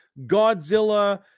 Godzilla